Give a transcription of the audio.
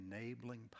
enabling